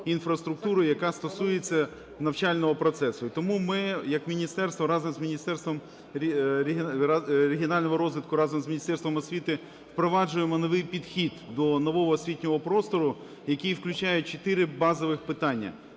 інфраструктури, яка стосується навчального процесу. І тому ми як міністерство разом з Міністерством регіонального розвитку, разом з Міністерством освіти впроваджуємо новий підхід до нового освітнього простору, який включає 4 базових питання: